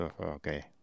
okay